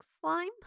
slime